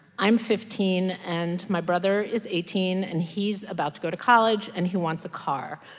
i'm fifteen, and my brother is eighteen. and he's about to go to college. and he wants a car,